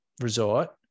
resort